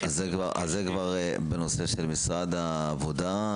--- זה כבר בנושא של משרד העבודה,